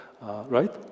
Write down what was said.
right